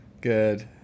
good